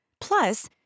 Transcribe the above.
Plus